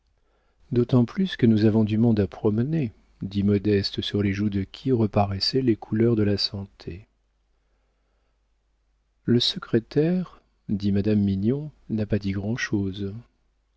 d'autant plus que nous avons du monde à promener dit modeste sur les joues de qui reparaissaient les couleurs de la santé le secrétaire dit madame mignon n'a pas dit grand'chose